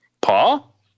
Paul